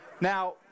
Now